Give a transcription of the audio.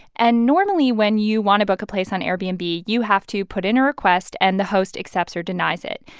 and normally when you want to book a place on airbnb, you you have to put in a request, and the host accepts or denies it.